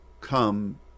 come